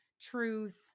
truth